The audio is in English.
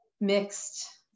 mixed